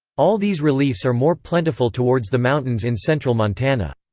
all these reliefs are more plentiful towards the mountains in central montana.